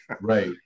right